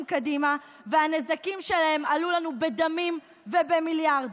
קדימה והנזקים שלהם עלו לנו בדמים ובמיליארדים.